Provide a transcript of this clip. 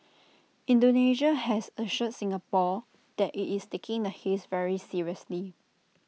Indonesia has assured Singapore that IT is taking the haze very seriously